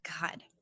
God